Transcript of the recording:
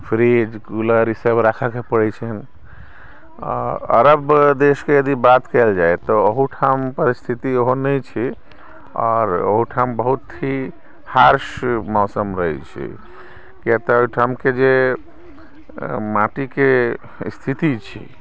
fridge cooler ईसभ राखयके पड़ै छन्हि आ अरब देशके यदि बात कयल जाय तऽ ओहूठाम परिस्थिति ओहने छै आओर ओहूठाम बहुत ही हार्श मौसम रहैत छै कियाक तऽ ओहिठामके जे माटिके स्थिति छै